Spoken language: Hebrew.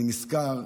אני נזכר,